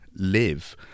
live